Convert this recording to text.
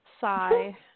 Sigh